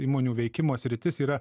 įmonių veikimo sritis yra